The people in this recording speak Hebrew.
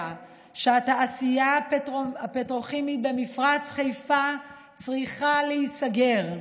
שהתעשייה הפטרוכימית במפרץ חיפה צריכה להיסגר.